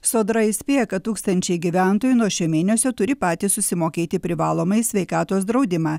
sodra įspėja kad tūkstančiai gyventojų nuo šio mėnesio turi patys susimokėti privalomąjį sveikatos draudimą